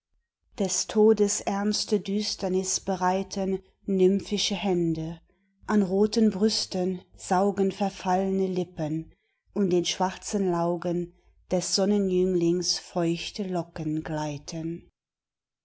des todes ernste düsternis bereiten nymphische hände an roten brüsten saugen verfallne lippen und in schwarzen laugen des sonnenjünglings feuchte locken gleiten